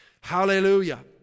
Hallelujah